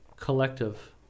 Collective